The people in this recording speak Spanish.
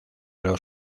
los